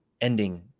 ending